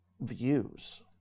views